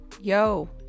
Yo